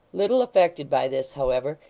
little affected by this, however,